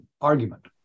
argument